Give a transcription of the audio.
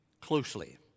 closely